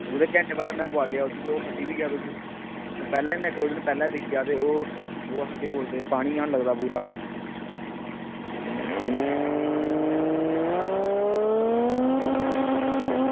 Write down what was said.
ओह्दे घैंटे बाद में बोआलेआ उसी ओह् फट्टी बी गेआ दुद्ध ते पैह्लें में इक दो दिन पैह्लें दिक्खेआ ते ओह् ओह् केह् बोलदे पानी जन लगदा पूरा